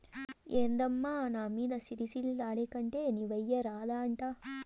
ఏందమ్మా నా మీద సిర సిర లాడేకంటే నీవెయ్యరాదా అంట